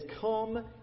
come